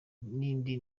n’indi